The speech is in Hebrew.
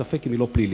ספק אם היא לא פלילית.